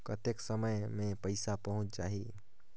कतेक समय मे पइसा पहुंच जाही?